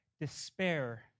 despair